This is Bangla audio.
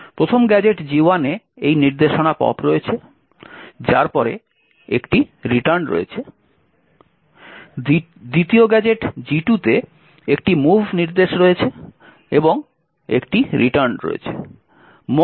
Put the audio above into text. প্রথম গ্যাজেট G1 এ এই নির্দেশনা পপ রয়েছে যার পরে একটি রিটার্ন রয়েছে দ্বিতীয় গ্যাজেট G2 এ একটি mov নির্দেশ রয়েছে এবং একটি রিটার্ন রয়েছে